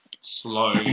slow